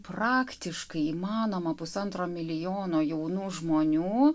praktiškai įmanoma pusantro milijono jaunų žmonių